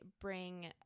bring